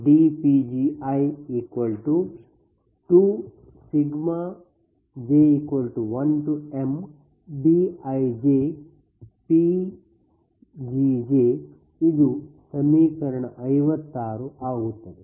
dPLossdPgi2j1mBijPgj ಇದು ಸಮೀಕರಣ 56 ಆಗುತ್ತದೆ